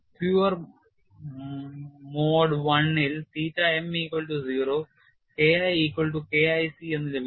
Pure mode I ൽ theta m equal to 0 and K I equal to K IC എന്ന് ലഭിക്കുന്നു